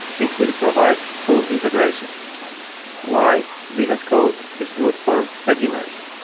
it will provide full integration why vscode is good for beginners?